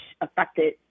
affected